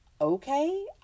okay